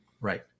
Right